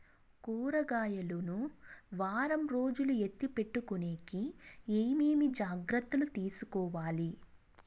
కూరగాయలు ను వారం రోజులు ఎత్తిపెట్టుకునేకి ఏమేమి జాగ్రత్తలు తీసుకొవాలి?